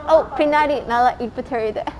oh பின்னாடி நல்லா இப்ப தெரியுது:pinnadi nalla ippa teriyuthu